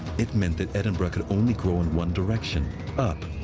it meant that edinburgh could only grow in one direction up.